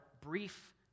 brief